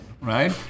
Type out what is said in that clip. right